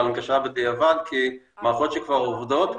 כי מערכות שכבר עובדות,